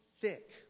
thick